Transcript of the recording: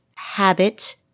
habit